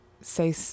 say